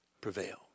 prevail